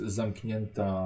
zamknięta